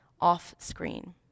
off-screen